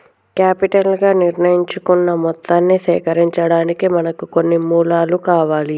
capital గా నిర్ణయించుకున్న మొత్తాన్ని సేకరించడానికి మనకు కొన్ని మూలాలు కావాలి